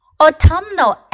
Autumnal